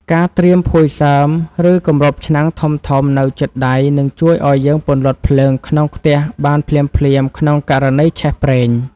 ការត្រៀមភួយសើម ឬគម្របឆ្នាំងធំៗនៅជិតដៃនឹងជួយឱ្យយើងពន្លត់ភ្លើងក្នុងខ្ទះបានភ្លាមៗក្នុងករណីឆេះប្រេង។